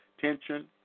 tension